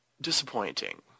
disappointing